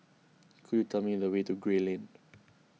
could you tell me the way to Gray Lane